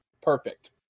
perfect